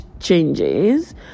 Changes